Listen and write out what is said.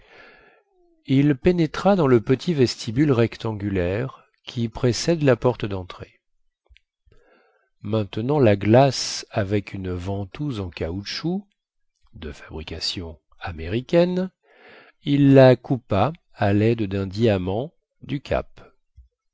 il pénétra dans le petit vestibule rectangulaire qui précède la porte dentrée maintenant la glace avec une ventouse en caoutchouc de fabrication américaine il la coupa à laide dun diamant du cap